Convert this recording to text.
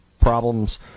problems